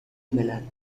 ملل